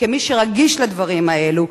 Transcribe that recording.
כמי שרגיש לדברים האלו,